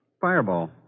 Fireball